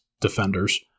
defenders